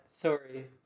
Sorry